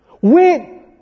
Wait